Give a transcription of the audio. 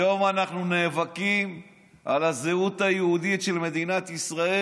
היום אנחנו נאבקים על הזהות היהודית של מדינת ישראל: